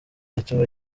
eto’o